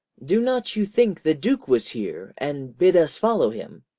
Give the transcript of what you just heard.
do not you think the duke was here, and bid us follow him?